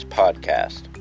podcast